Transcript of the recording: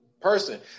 person